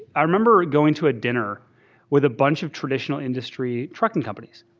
i remember going to a dinner with a bunch of traditional industry trucking companies.